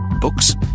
Books